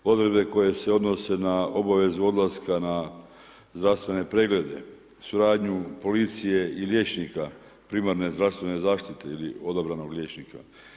Odredbe koje se odnose na obavezu odlaska na zdravstvene preglede, suradnju policije i liječnika primarne zdravstvene zaštite ili odabranog liječnika.